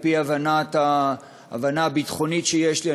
על-פי ההבנה הביטחונית שיש לי,